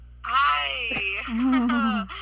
Hi